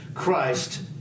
Christ